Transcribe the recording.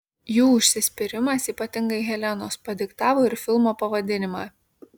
jų užsispyrimas ypatingai helenos padiktavo ir filmo pavadinimą